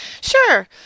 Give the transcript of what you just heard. Sure